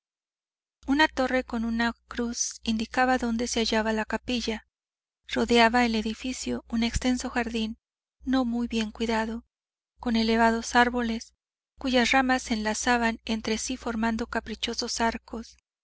una torre con una cruz indicaba dónde se hallaba la capilla rodeaba el edificio un extenso jardín no muy bien cuidado con elevados árboles cuyas ramas se enlazaban entre sí formando caprichosos arcos